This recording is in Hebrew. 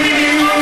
אתם לא מפחדים,